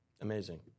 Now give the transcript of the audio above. amazing